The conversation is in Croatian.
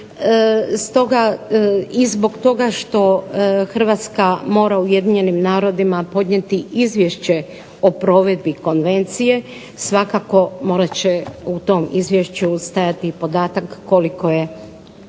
i zbog toga što Hrvatska mora UN-a podnijeti izvješće o provedbi konvencije. Svakako morat će u tom izvješću stajati i podatak koliko je pravosuđe